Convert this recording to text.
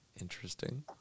Interesting